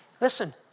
listen